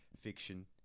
fiction